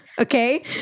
Okay